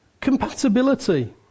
compatibility